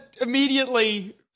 Immediately